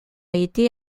été